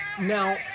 Now